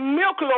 milk